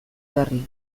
berri